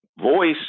Voice